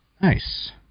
Nice